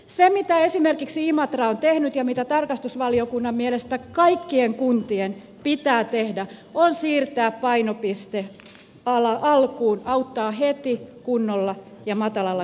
se mitä esimerkiksi imatra on tehnyt ja mitä tarkastusvaliokunnan mielestä kaikkien kuntien pitää tehdä on siirtää painopiste alkuun auttaa heti kunnolla ja matalalla kynnyksellä